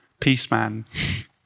peaceman